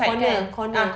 corner corner